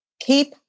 keep